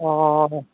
অঁ